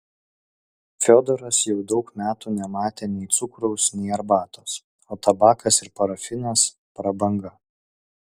fiodoras jau daug metų nematė nei cukraus nei arbatos o tabakas ir parafinas prabanga